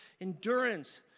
endurance